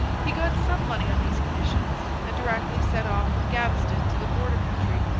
he got some money on these conditions, and directly set off with gaveston to the border-country,